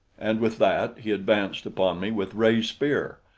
and with that he advanced upon me with raised spear.